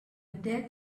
dead